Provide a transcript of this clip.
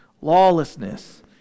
lawlessness